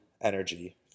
energy